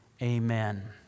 Amen